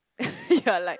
you are like